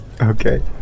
Okay